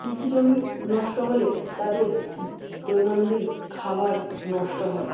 কৃষি জমি নষ্ট হলে তাদের দৈনন্দিন খাবার নষ্ট হয়